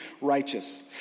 righteous